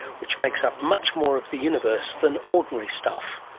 which makes up much more of the universe than ordinary stuff.